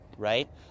Right